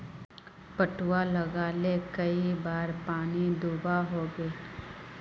पटवा लगाले कई बार पानी दुबा होबे?